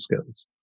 skills